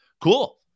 Cool